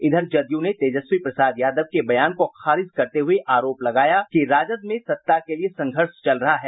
इधर जदयू ने तेजस्वी प्रसाद यादव के बयान को खारिज करते हुए आरोप लगाया कि राजद में सत्ता के लिये संघर्ष चल रहा है